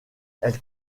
elle